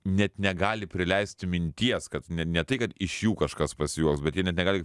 net negali prileisti minties kad ne ne tai kad iš jų kažkas pasijuoks bet jie net negali